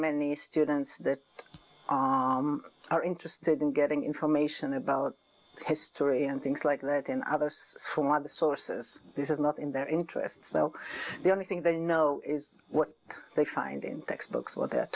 many students that on are interested in getting information about history and things like that in others from other sources this is not in their interest so the only thing they know is what they find in textbooks